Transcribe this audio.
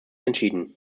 entschieden